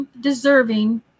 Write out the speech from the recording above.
deserving